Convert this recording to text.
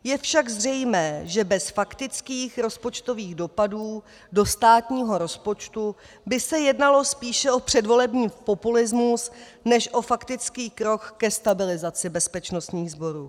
Je však zřejmé, že bez faktických rozpočtových dopadů do státního rozpočtu by se jednalo spíše o předvolební populismus než o faktický krok ke stabilizaci bezpečnostních sborů.